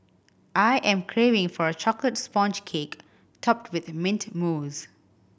I am craving for a chocolate sponge cake topped with mint mousse